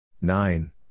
Nine